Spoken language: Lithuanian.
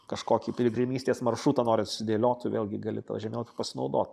kažkokį piligrimystės maršrutą norint susidėliot tu vėlgi gali tuo žemėlapiu pasinaudot